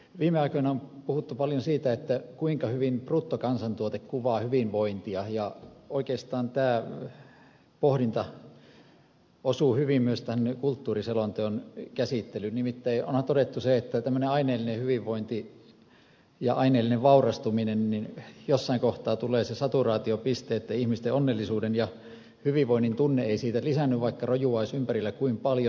viime aikoina on puhuttu paljon siitä kuinka hyvin bruttokansantuote kuvaa hyvinvointia ja oikeastaan tämä pohdinta osuu hyvin myös tämän kulttuuriselonteon käsittelyyn nimittäin onhan todettu se että aineellisessa hyvinvoinnissa ja aineellisessa vaurastumisessa jossain kohtaa tulee se saturaatiopiste että ihmisten onnellisuuden ja hyvinvoinnin tunne ei siitä lisäänny vaikka rojua olisi ympärillä kuinka paljon